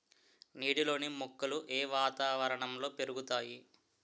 నీటిలోని మొక్కలు ఏ వాతావరణంలో పెరుగుతాయి?